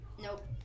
nope